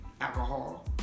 alcohol